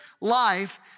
life